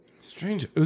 Strange